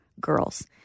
girls